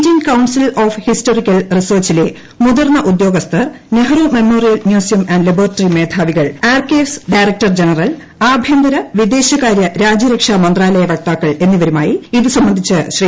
Indian council of historical റിസർച്ചിലെമുതിർന്ന ഉദ്യോഗസ്ഥർ Nehru memorial museum and laboratory മേധാവികൾ ആർക്കൈവ്സ് ഡയറക്ടർ ജനറൽ ആഭ്യന്തര വിദേശകാര്യ രാജ്യരക്ഷാ മന്ത്രാലയ വക്താക്കൾ എന്നിവരുമായി ഇതു സംബന്ധിച്ച് ശ്രീ